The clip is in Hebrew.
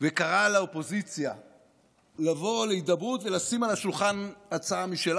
וקרא לאופוזיציה לבוא להידברות ולשים על השולחן הצעה משלה.